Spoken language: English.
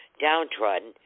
downtrodden